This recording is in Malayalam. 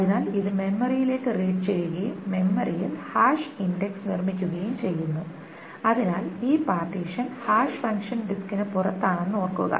അതിനാൽ ഇത് മെമ്മറിയിലേക്ക് റീഡ് ചെയ്യുകയും മെമ്മറിയിൽ ഹാഷ് ഇൻഡെക്സ് നിർമ്മിക്കുകയും ചെയ്യുന്നു അതിനാൽ ഈ പാർട്ടീഷൻ ഹാഷ് ഫങ്ക്ഷൻ ഡിസ്കിന് പുറത്താണെന്ന് ഓർക്കുക